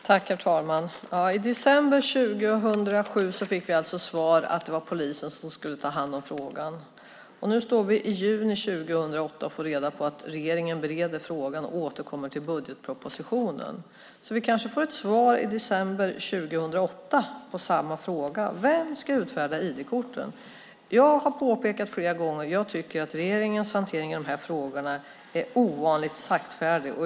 Herr talman! I december 2007 fick vi svaret att polisen skulle ta hand om frågan. Nu i juni 2008 får vi reda på att regeringen bereder frågan och återkommer i budgetpropositionen. Vi får alltså kanske ett svar i december 2008 på samma fråga: Vem ska utfärda ID-korten? Jag har påpekat flera gånger att jag tycker att regeringens hantering av frågan är ovanligt saktfärdig.